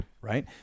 right